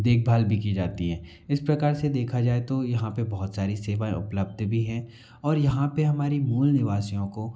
देकभाल भी की जाती है इस प्रकार से देखा जाए तो यहाँ पर बहुत सारी सेवाएं उपलब्ध भी हैं और यहाँ पर हमारी मूल निवासियों को